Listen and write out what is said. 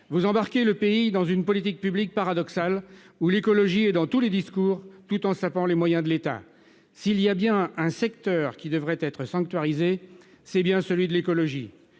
Vous embarquez le pays dans une politique publique paradoxale, où l'écologie est dans tous les discours, tout en sapant les moyens de l'État. S'il y a bien un secteur qui devrait être sanctuarisé, c'est bien celui de l'écologie